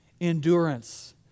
endurance